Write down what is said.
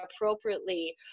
appropriately